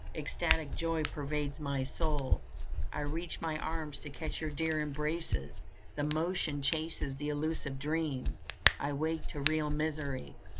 extatic joy pervades my soul i reach my arms to catch your dear embraces the motion chases the illusive dream i wake to real misery.